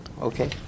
Okay